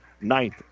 ninth